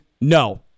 no